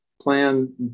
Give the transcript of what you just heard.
Plan